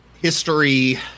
history